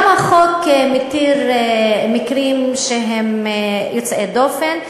גם החוק מתיר מקרים שהם יוצאי דופן.